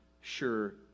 sure